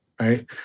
right